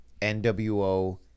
NWO